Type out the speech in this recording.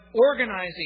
organizing